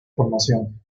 formación